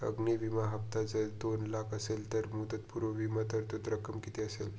अग्नि विमा हफ्ता जर दोन लाख असेल तर मुदतपूर्व विमा तरतूद रक्कम किती असेल?